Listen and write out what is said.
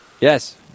yes